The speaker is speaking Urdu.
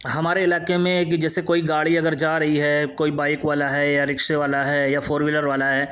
ہمارے علاقے میں کہ جیسے کوئی گاڑی اگر جا رہی ہے کوئی بائک والا ہے یا رکشے والا ہے یا فور وہیلر والا ہے